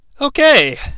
Okay